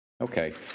Okay